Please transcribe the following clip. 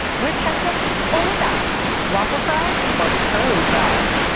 with ketchup or without? waffle fries or curly fries?